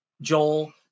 Joel